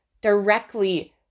directly